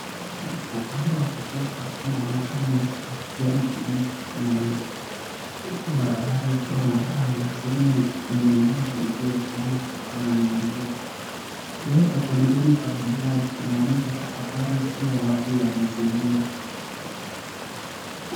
Upande wa kushoto kunaonekana nyasi ya kijani kibichi na mti huku barabara ikiwa na lami na sehemu ya maji yaliyotwama kutokana mvua na kioo cha pembeni cha bajaji kinaonyesha tafakari isiyowazi ya mazingira.